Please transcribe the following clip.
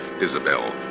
Isabel